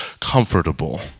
comfortable